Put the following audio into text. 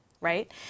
right